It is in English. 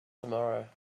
tomorrow